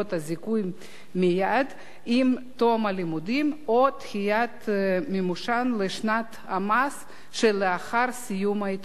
מייד עם תום הלימודים לדחיית מימושן לשנת המס שלאחר סיום ההתמחות.